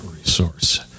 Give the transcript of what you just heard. resource